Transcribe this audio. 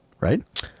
right